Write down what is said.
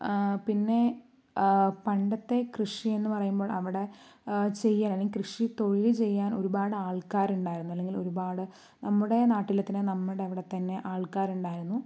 പിന്നെ പണ്ടത്തെ കൃഷി എന്നു പറയുമ്പോൾ അവിടെ ചെയ്യാൻ അല്ലെങ്കിൽ കൃഷി തൊഴിൽ ചെയ്യാൻ ഒരുപാട് ആൾക്കാരുണ്ടായിരുന്നു അല്ലെങ്കിൽ ഒരുപാട് നമ്മുടെ നാട്ടിലെ തന്നെ നമ്മുടെ അവിടെത്തന്നെ ആൾക്കാർ ഉണ്ടായിരുന്നു